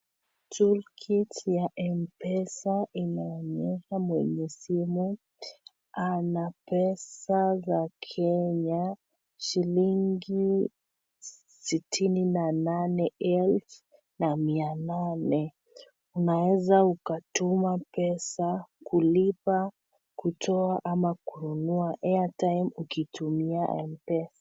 Toolkit ya mpesa inaonyesha mwenye simu ana pesa za Kenya shilingi 68,800. Unaweza ukatuma pesa, kulipa, kutoa ama kununua airtime ukitumia mpesa.